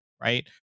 right